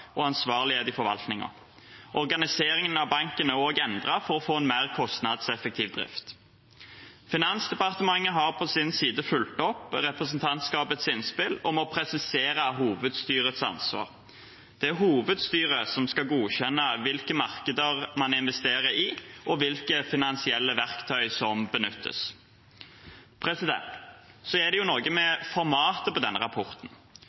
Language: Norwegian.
og ansvarlighet i forvaltningen. Organiseringen av banken er også endret for å få en mer kostnadseffektiv drift. Finansdepartementet har på sin side fulgt opp representantskapets innspill om å presisere hovedstyrets ansvar. Det er hovedstyret som skal godkjenne hvilke markeder man investerer i, og hvilke finansielle verktøy som benyttes. Så er det noe med formatet på denne rapporten.